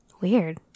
Weird